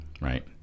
right